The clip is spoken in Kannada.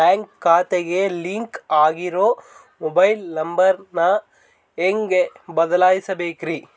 ಬ್ಯಾಂಕ್ ಖಾತೆಗೆ ಲಿಂಕ್ ಆಗಿರೋ ಮೊಬೈಲ್ ನಂಬರ್ ನ ಹೆಂಗ್ ಬದಲಿಸಬೇಕ್ರಿ?